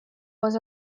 was